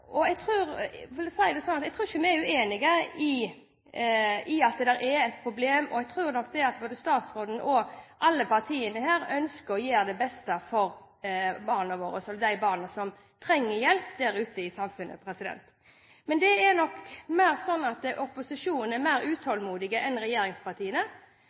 saken. Jeg vil si det sånn at jeg tror ikke vi er uenige om at det er et problem, og jeg tror nok at både statsråden og alle partiene her ønsker å gjøre det beste for barna våre og de barna som trenger hjelp der ute i samfunnet. Men det er nok mer slik at opposisjonen er mer utålmodig enn regjeringspartiene.